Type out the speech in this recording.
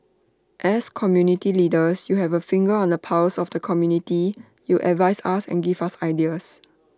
as community leaders you have A finger on the pulse of the community you advise us and give us ideas